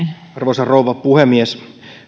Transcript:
arvoisa rouva puhemies